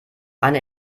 eine